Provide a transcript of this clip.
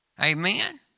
Amen